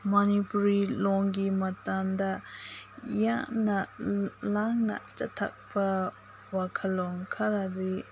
ꯃꯅꯤꯄꯨꯔꯤ ꯂꯣꯟꯒꯤ ꯃꯇꯥꯡꯗ ꯌꯥꯝꯅ ꯂꯥꯟꯅ ꯆꯠꯊꯕ ꯋꯥꯈꯜꯂꯣꯟ ꯈꯔꯗꯤ